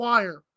Wire